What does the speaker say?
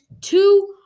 two